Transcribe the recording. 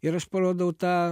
ir aš parodau tą